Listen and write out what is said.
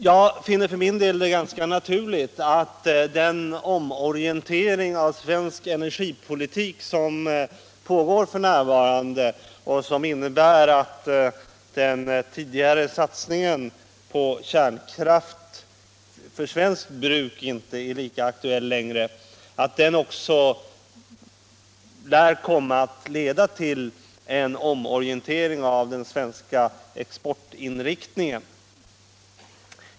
Jag finner det för min del ganska naturligt att den omorientering av svensk energipolitik som pågår f.n. — och som innebär att den tidigare satsningen på kärnkraft för svenskt bruk inte är lika aktuell längre — också kan komma att leda till en omorientering av den svenska exportinriktningen.